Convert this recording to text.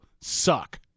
suck